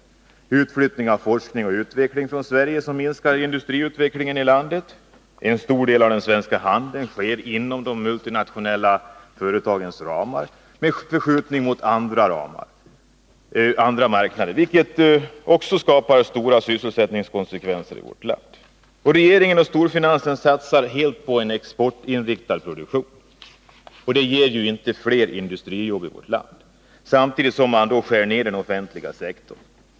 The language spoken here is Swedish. Utflyttning av forskning och utveckling från Sverige minskar industriutvecklingen i landet. En stor del av den svenska handeln sker inom de multinationella företagens ramar med förskjutning mot andra marknader, vilket också skapar svåra konsekvenser för syssel sättningen i vårt land. Regeringen och storfinansen satsar helt på exportinriktad produktion, och det ger ju inte fler industrijobb i vårt land. Samtidigt skär man ner den offentliga sektorn.